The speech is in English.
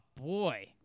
boy